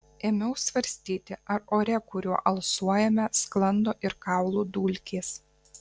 ėmiau svarstyti ar ore kuriuo alsuojame sklando ir kaulų dulkės